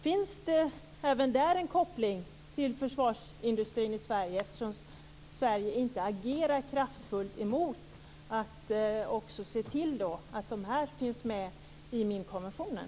Finns det där en koppling till försvarsindustrin i Sverige, eftersom Sverige inte agerar kraftfullt för att också se till att de finns med i minkonventionen?